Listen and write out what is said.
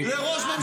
בושה.